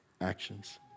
actions